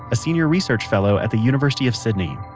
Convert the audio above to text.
a senior research fellow at the university of sydney.